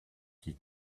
die